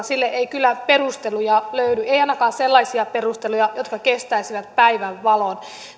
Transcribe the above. sille ei kyllä perusteluja löydy ei ainakaan sellaisia perusteluja jotka kestäisivät päivänvalon